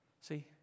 See